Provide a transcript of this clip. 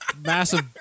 massive